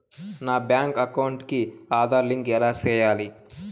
నా bank account కి Aadhaar link ఎలా సేయాలి